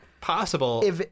possible